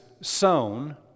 sown